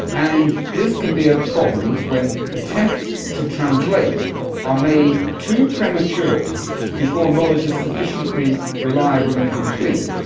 and this can be a problem when attempts to translate are made too prematurely before knowledge is sufficiently reliable and complete,